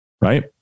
right